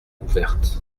ouverte